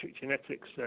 genetics